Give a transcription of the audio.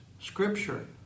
scripture